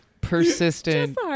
Persistent